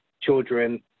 children